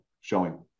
showing